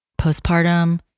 postpartum